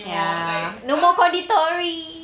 ya no more konditori